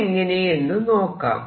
ഇതെങ്ങനെയാണെന്നു നോക്കാം